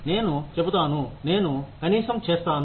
నేను చెబుతాను నేను కనీసం చేస్తాను